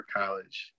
college